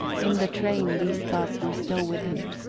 in the train these thoughts were still with him.